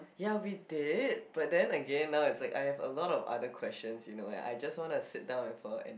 ya we date but then again now is like I have a lot of other questions you know and I just wanna sit down and follow and